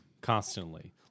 constantly